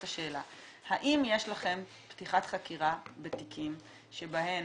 לכם פתיחת חקירה בתיקים שבהם